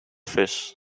fish